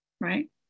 right